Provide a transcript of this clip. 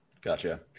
Gotcha